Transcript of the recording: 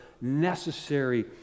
necessary